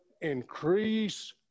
increase